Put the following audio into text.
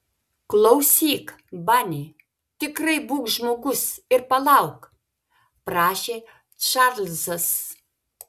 klausyk bani tikrai būk žmogus ir palauk prašė čarlzas